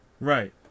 Right